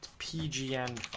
p and